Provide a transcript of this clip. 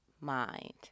mind